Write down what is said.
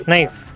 Nice